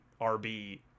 RB